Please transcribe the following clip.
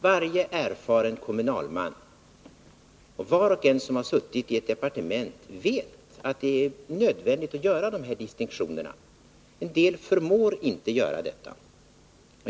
Varje erfaren kommunalman och var och en som suttit i ett departement vet att det är nödvändigt att göra de här distinktionerna. En del förmår inte göra detta.